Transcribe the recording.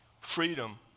Freedom